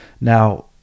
Now